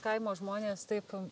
kaimo žmonės taip